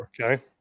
Okay